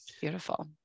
Beautiful